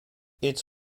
its